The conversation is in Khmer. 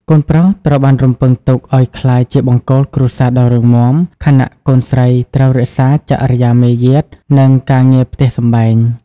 កូនប្រុសត្រូវបានរំពឹងទុកឱ្យក្លាយជាបង្គោលគ្រួសារដ៏រឹងមាំ ខណៈកូនស្រីត្រូវរក្សា "ចរិយាមាយាទ" និងការងារផ្ទះសម្បែង។